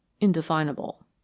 indefinable